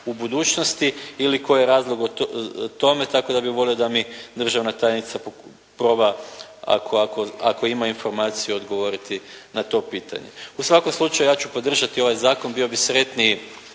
u budućnosti ili koji je razlog tome tako da bih volio da mi državna tajnica proba ako ima informaciju odgovoriti na to pitanje. U svakom slučaju ja ću podržati ovaj zakon. Bio bih sretniji